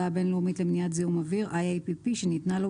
הבין-לאומית למניעת זיהום אוויר (IAPP) שניתנה לו